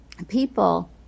people